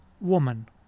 Woman